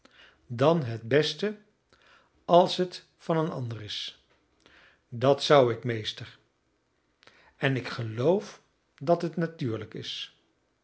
dan het beste als het van een ander is dat zou ik meester en ik geloof dat het natuurlijk is